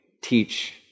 teach